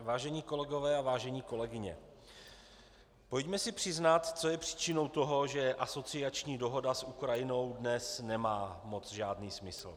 Vážení kolegové a vážené kolegyně, pojďme si přiznat, co je příčinou toho, že asociační dohoda s Ukrajinou dnes nemá žádný smysl.